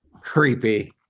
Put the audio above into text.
Creepy